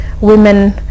women